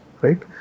right